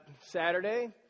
Saturday